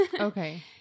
okay